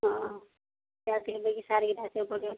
ହଁ ସିଆଡ଼େ ଟିକେ ଯାଇକିରି ଆସିବାକୁ ପଡ଼ିବ